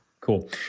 Cool